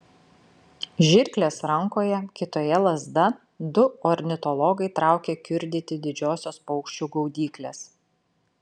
žirklės rankoje kitoje lazda du ornitologai traukia kiurdyti didžiosios paukščių gaudyklės